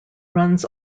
runs